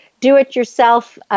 do-it-yourself